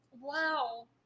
Wow